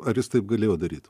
ar jis taip galėjo daryt